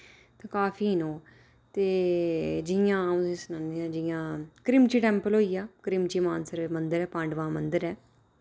ते काफी न ओ ते जि'यां अ'ऊं तुसें सनान्नी के जि'यां क्रिमची टैम्पल होई गेआ क्रिमची मानसर एह् मंदर ऐ पांडवां मंदर ऐ